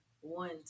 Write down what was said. one